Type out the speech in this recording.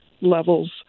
levels